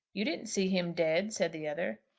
you didn't see him dead, said the other.